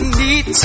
need